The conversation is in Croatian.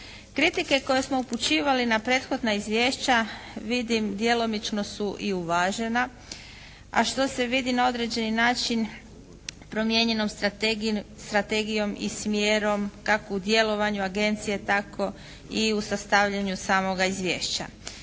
Kritike koje smo upućivali na prethodna izvješća vidim djelomično su i uvažena, a što se vidi na određeni način promijenjenom strategijom i smjerom kako u djelovanju agencije, tako i u sastavljanju samoga izvješća.